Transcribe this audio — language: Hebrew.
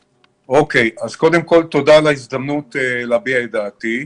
קודם כול, תודה על ההזדמנות להביע את דעתי.